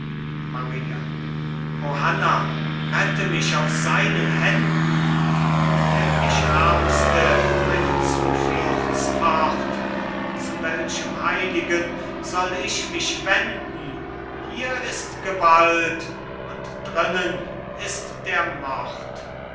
maria o hanna rette mich aus seinen händen wo find ich ärmste einen zufluchtsort zu welchem heiligen soll ich mich wenden hier ist gewalt und drinnen ist der mord